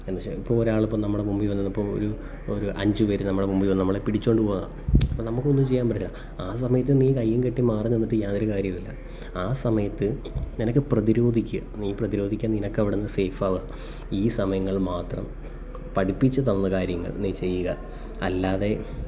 എന്നു വെച്ചാൽ ഇപ്പം ഒരാളിപ്പം നമ്മുടെ മുൻപിൽ വന്ന് ഇപ്പം ഒരു ഒരു അഞ്ചു പേർ നമ്മളുടെ മുൻപിൽ വന്ന് നമ്മളെ പിടിച്ചു കൊണ്ടു പോകുക അപ്പം നമുക്കൊന്നും ചെയ്യാൻ പറ്റത്തില്ല ആ സമയത്ത് നീ കൈയും കെട്ടി മാറിനിന്നിട്ട് യാതൊരു കാര്യവുമില്ല ആ സമയത്ത് നിനക്ക് പ്രതിരോധിയ്ക്കുക നീ പ്രതിരോധിയ്ക്കുക നിനക്ക് അവിടെ നിന്ന് സേയ്ഫാവായി ഈ സമയങ്ങളിൽ മാത്രം പഠിപ്പിച്ചു തന്ന കാര്യങ്ങൾ നീ ചെയ്യുക അല്ലാതെ